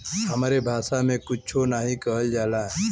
हमरे भासा मे कुच्छो नाहीं कहल जाला